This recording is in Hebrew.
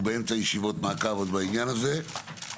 אנחנו באמצע ישיבות מעקב עוד בעניין הזה.